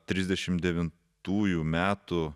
trisdešimt devintųjų metų